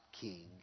King